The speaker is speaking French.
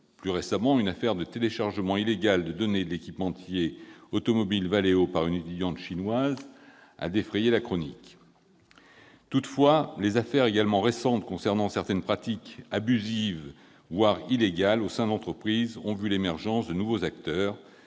Plus récemment, une affaire de téléchargement illégal de données de l'équipementier automobile Valeo par une étudiante chinoise a défrayé la chronique. Toutefois, les affaires également récentes concernant certaines pratiques abusives, voire illégales, au sein d'entreprises ont vu l'émergence de nouveaux acteurs,